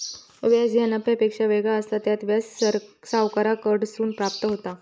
व्याज ह्या नफ्यापेक्षा वेगळा असता, त्यात व्याज सावकाराकडसून प्राप्त होता